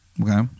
Okay